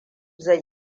zai